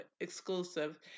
exclusive